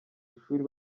ishuri